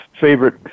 favorite